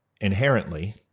inherently